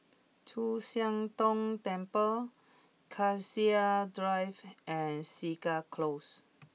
Chu Siang Tong Temple Cassia Drive and Segar Close